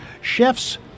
Chef's